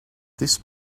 this